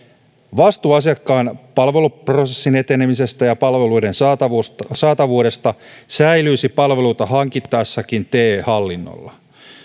vastuu asiakkaan palveluprosessin etenemisestä ja palveluiden saatavuudesta saatavuudesta säilyisi palveluita hankittaessakin te hallinnolla